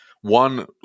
One